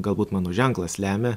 galbūt mano ženklas lemia